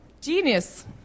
genius